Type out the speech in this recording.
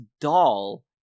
doll